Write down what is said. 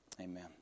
Amen